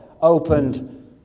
opened